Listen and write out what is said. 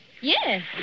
Yes